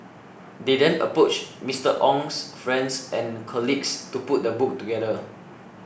they then approached Mister Ong's friends and colleagues to put the book together